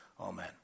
Amen